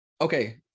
okay